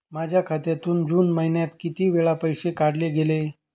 माझ्या खात्यातून जून महिन्यात किती वेळा पैसे काढले गेले?